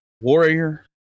warrior